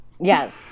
Yes